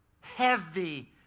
Heavy